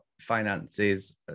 finances